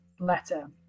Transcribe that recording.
letter